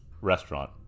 restaurant